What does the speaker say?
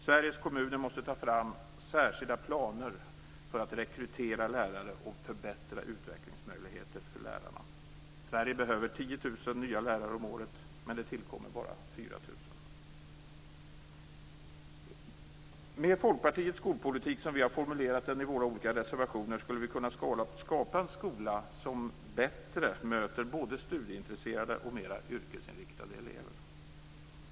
Sveriges kommuner måste ta fram särskilda planer för att rekrytera lärare och förbättra utvecklingsmöjligheterna för lärarna. Sverige behöver 10 000 nya lärare om året, men det tillkommer bara 4 000. Med Folkpartiets skolpolitik, som vi har formulerat den i våra olika reservationer, skulle vi kunna skapa en skola som bättre möter både studieintresserade och mer yrkesinriktade elever.